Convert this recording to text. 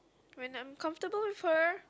when I'm comfortable with her